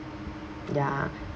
ya